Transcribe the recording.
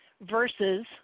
versus